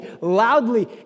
loudly